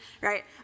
right